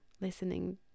listening